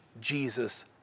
Jesus